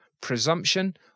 presumption